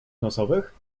nosowych